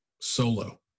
Solo